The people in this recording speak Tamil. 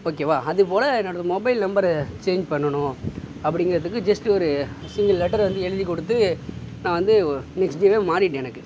ஓகேவா அதுபோல் என்னோடது மொபைல் நம்பரு சேஞ்ச் பண்ணணும் அப்படிங்கிறத்துக்கு ஜஸ்ட்டு ஒரு சிங்கிள் லெட்டரை வந்து எழுதிக் கொடுத்து நான் வந்து நெக்ஸ்ட் டேவே மாறிவிட்டு எனக்கு